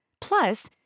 Plus